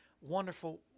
wonderful